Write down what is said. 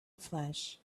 flesh